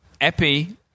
epi